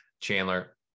Chandler